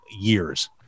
years